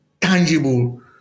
tangible